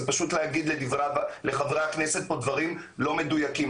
זה פשוט להגיד לחברי הכנסת פה דברים לא מדויקים.